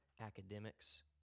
academics